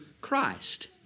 Christ